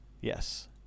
Yes